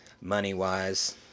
money-wise